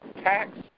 tax